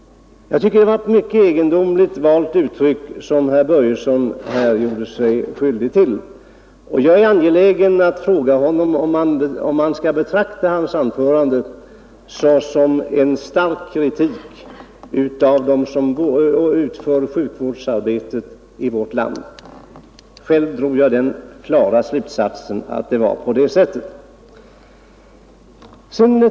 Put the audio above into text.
Det var ett mycket egendomligt val av uttryck som herr Börjesson här gjorde sig skyldig till, och jag är angelägen om att fråga honom om man skall betrakta hans anförande såsom en stark kritik av dem som utför sjukvårdsarbetet i vårt land. Själv drog jag den klara slutsatsen att det var på det sättet.